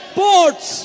ports